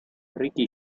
ricky